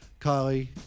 Kylie